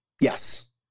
yes